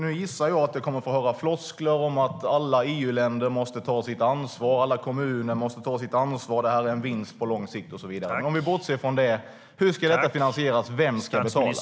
Nu gissar jag att vi kommer att få höra floskler om att alla EU-länder måste ta sitt ansvar, att alla kommuner måste ta sitt ansvar och att detta är en vinst på lång sikt. Bortsett från det: Hur ska detta finansieras? Vem ska betala?